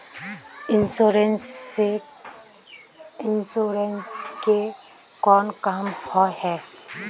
Insurance के कोन काम होय है?